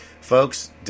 Folks